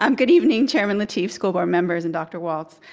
um good evening, chairman lateef, school board members, and dr. walts.